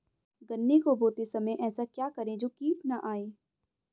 गन्ने को बोते समय ऐसा क्या करें जो कीट न आयें?